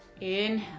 inhale